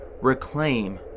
reclaim